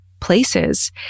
places